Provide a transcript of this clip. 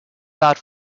that